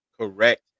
correct